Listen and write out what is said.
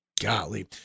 Golly